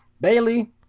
Bailey